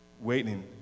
Waiting